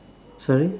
sorry